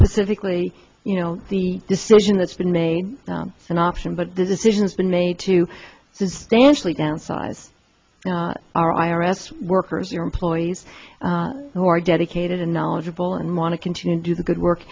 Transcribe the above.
specifically you know the decision that's been made an option but the decisions been made to substantially downsize our i r s workers your employees who are dedicated and knowledgeable and want to continue to do the good work